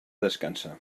descansa